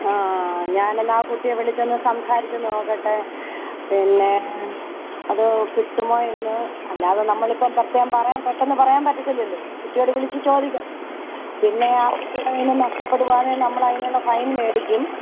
ആ ഞാൻ എന്നാൽ ആ കുട്ടിയെ വിളിച്ചൊന്ന് സംസാരിച്ച് നോക്കട്ടെ പിന്നെ അത് കിട്ടുമോ എന്ന് അല്ലാതെ നമ്മളിപ്പം പ്രത്യേകം പറയാൻ പെട്ടെന്ന് പറയാൻ പറ്റില്ലല്ലോ കുട്ടിയോട് വിളിച്ച് ചോദിക്കണ്ടേ പിന്നെ ആ കുട്ടിയുടെ കയ്യിൽ നിന്ന് നഷ്ടപ്പെടുവാണെങ്കിൽ നമ്മൾ അതിനുള്ള ഫൈൻ മേടിക്കും